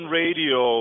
radio